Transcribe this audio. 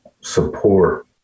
support